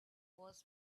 was